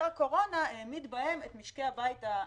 הקורונה העמיד בהם את משקי הבית הקטנים.